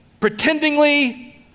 pretendingly